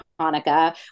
Hanukkah